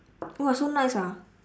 !wah! so nice ah